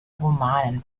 romanen